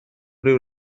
ryw